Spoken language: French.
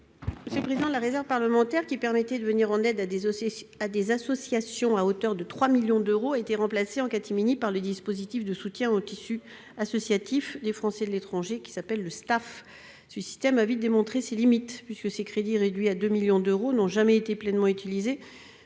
Conway-Mouret. La réserve parlementaire, qui permettait de venir en aide à des associations à hauteur de 3 millions d'euros, a été remplacée en catimini par le dispositif de soutien au tissu associatif des Français de l'étranger (Stafe). Ce système a vite démontré ses limites, puisque ses crédits, réduits à 2 millions d'euros, n'ont jamais été pleinement utilisés